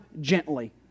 gently